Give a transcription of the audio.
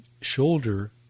shoulder